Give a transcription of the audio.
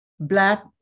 Black